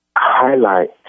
highlight